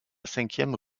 cinquième